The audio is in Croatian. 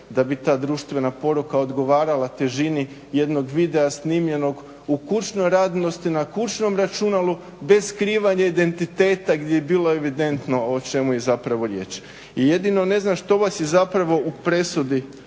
da bi ta društvena poruka odgovarala težini jednog videa snimljenog u kućnoj radinosti na kućnom računalu bez skrivanja identiteta gdje je bilo evidentno o čemu je zapravo riječ. I jedino ne znam što vas je zapravo u presudi